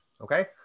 Okay